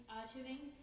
achieving